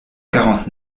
quarante